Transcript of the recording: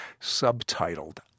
subtitled